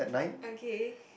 okay